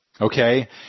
Okay